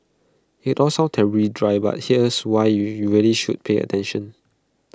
IT all sounds terribly dry but here's why you really should pay attention